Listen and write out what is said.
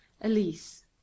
elise